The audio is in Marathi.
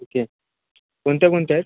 ओके कोणत्या कोणत्या आहेत